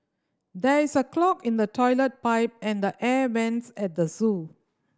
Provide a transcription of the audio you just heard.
there is a clog in the toilet pipe and the air vents at the zoo